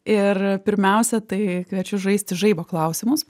ir pirmiausia tai kviečiu žaisti žaibo klausimus